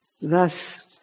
Thus